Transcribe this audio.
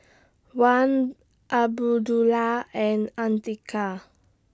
Wan Abdullah and Andika